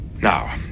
Now